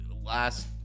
last